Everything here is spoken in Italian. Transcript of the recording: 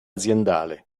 aziendale